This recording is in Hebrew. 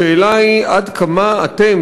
השאלה היא: עד כמה אתם,